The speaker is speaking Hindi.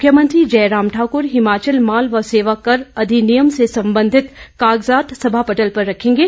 मुख्यमंत्री जयराम ठाकुर हिमाचल माल व सेवा कर अधिनियम से संबंधी कागजात सभा पटल पर रखेंगे